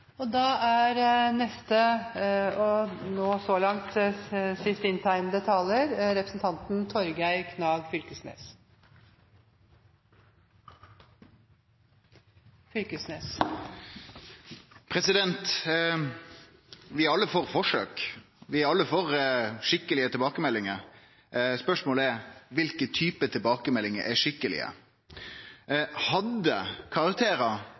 er alle for forsøk. Vi er alle for skikkelege tilbakemeldingar. Spørsmålet er: Kva for type tilbakemeldingar er skikkelege? Hadde